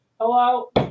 hello